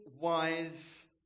wise